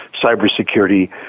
cybersecurity